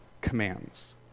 commands